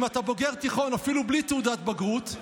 אם אתה בוגר תיכון, אפילו בלי תעודת בגרות,